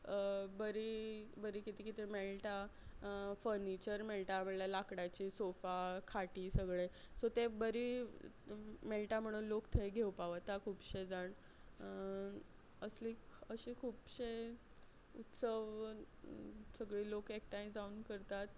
बरी बरी कितें कितें मेळटा फर्निचर मेळटा म्हळ्ळ्यार लाकडाचे सोफा खाटी सगळें सो ते बरे मेळटा म्हणून लोक थंय घेवपा वता खुबशे जाण असले अशे खुबशे उत्सव सगळे लोक एकठांय जावन करतात